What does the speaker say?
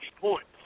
points